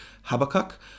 Habakkuk